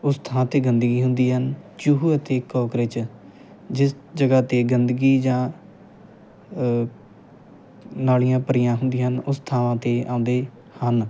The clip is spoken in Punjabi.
ਉਸ ਥਾਂ 'ਤੇ ਗੰਦਗੀ ਹੁੰਦੀ ਹਨ ਚੂਹੇ ਅਤੇ ਕੋਕਰੇਚ ਜਿਸ ਜਗ੍ਹਾ 'ਤੇ ਗੰਦਗੀ ਜਾਂ ਨਾਲੀਆਂ ਭਰੀਆਂ ਹੁੰਦੀਆਂ ਹਨ ਉਸ ਥਾਵਾਂ 'ਤੇ ਆਉਂਦੇ ਹਨ